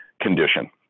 condition